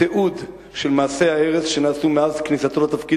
תיעוד של מעשי ההרס שנעשו מאז כניסתו לתפקיד